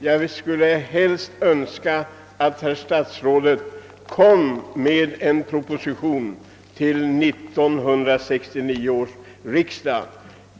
Jag skulle helst se att herr statsrådet lade fram en proposition till 1969 års riksdag.